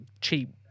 cheap